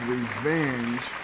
Revenge